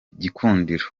gikundiro